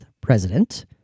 president